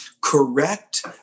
correct